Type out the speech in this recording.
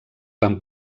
van